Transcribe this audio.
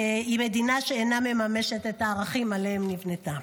היא מדינה שאינה מממשת את הערכים שעליהם נבנתה.